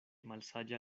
malsaĝa